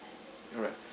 alright